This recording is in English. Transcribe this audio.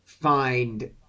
Find